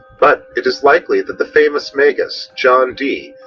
but, it is likely that the famous magus, john dee,